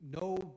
no